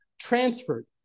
transferred